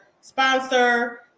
sponsor